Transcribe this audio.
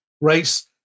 race